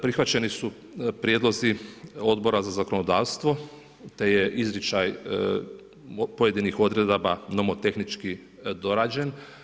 Prihvaćeni su prijedlozi Odbora za zakonodavstvo te je izričaj pojedinih odredaba nomotehnički dorađen.